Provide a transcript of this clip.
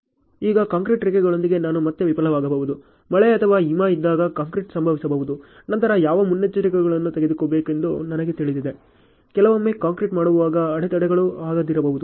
ಈಗ ಕಾಂಕ್ರೀಟ್ ರೇಖೆಗಳೊಂದಿಗೆ ನಾನು ಮತ್ತೆ ವಿಫಲವಾಗಬಹುದು ಮಳೆ ಅಥವಾ ಹಿಮ ಇದ್ದಾಗ ಕಾಂಕ್ರೀಟ್ ಸಂಭವಿಸಬಹುದು ನಂತರ ಯಾವ ಮುನ್ನೆಚ್ಚರಿಕೆಗಳನ್ನು ತೆಗೆದುಕೊಳ್ಳಬೇಕೆಂದು ನನಗೆ ತಿಳಿದಿದೆ ಕೆಲವೊಮ್ಮೆ ಕಾಂಕ್ರೀಟ್ ಮಾಡುವಾಗ ಅಡೆತಡೆಗಳು ಆಗದಿರಬಹುದು